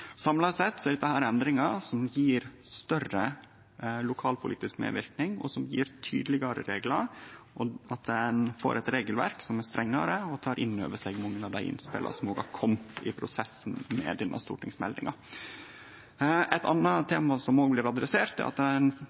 Samla sett er dette endringar som gjev større lokalpolitisk medverknad, og som gjev tydelegare reglar – at ein får eit regelverk som er strengare og tek inn over seg mange av dei innspela som er komne i prosessen med denne stortingsmeldinga. Eit anna tema som òg blir adressert, er at